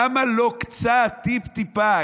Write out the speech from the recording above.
למה לא קצת, טיפ-טיפה?